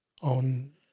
on